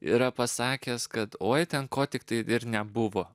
yra pasakęs kad oi ten ko tiktai dar nebuvo